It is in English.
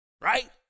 right